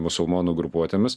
musulmonų grupuotėmis